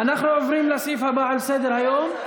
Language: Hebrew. אנחנו עוברים לסעיף הבא על סדר-היום,